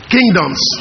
Kingdoms